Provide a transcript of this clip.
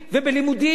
בלימודים,